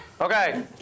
Okay